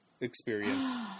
experienced